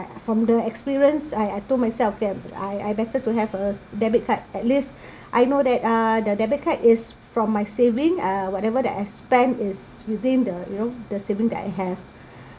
from the experience I I told myself okay I I better to have a debit card at least I know that uh the debit card is from my saving uh whatever that I spend is within the you know the saving that I have